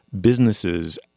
businesses